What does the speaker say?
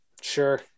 Sure